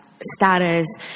status